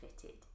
fitted